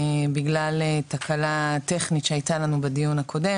בגלל תקלה טכנית שהייתה לנו בדיון הקודם